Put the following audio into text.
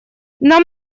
нам